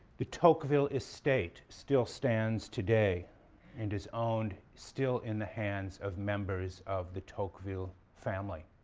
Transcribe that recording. the tocqueville estate still stands today and is owned still in the hands of members of the tocqueville family.